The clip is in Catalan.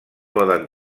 poden